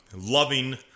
loving